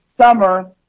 Summer